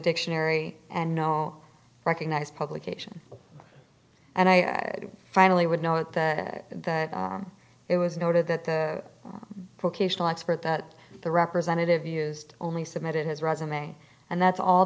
dictionary and no recognized publication and i finally would note that it was noted that the book ational expert that the representative used only submitted his resume and that's all